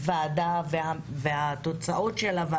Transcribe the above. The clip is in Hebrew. הוועדה ואת התוצאות שלה.